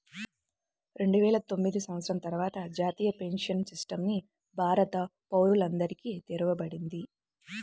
రెండువేల తొమ్మిది సంవత్సరం తర్వాత జాతీయ పెన్షన్ సిస్టమ్ ని భారత పౌరులందరికీ తెరవబడింది